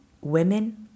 women